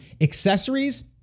accessories